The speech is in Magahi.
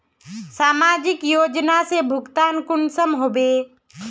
समाजिक योजना से भुगतान कुंसम होबे?